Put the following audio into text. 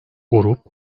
grup